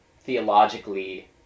theologically